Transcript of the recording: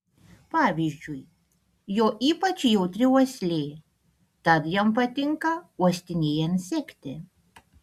pavyzdžiui jo ypač jautri uoslė tad jam patinka uostinėjant sekti